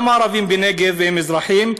גם הערבים בנגב הם אזרחים,